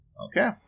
Okay